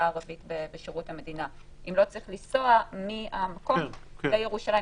הערבית בשירות המדינה אם לא צריך לנסוע מהמקום לירושלים,